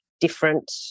different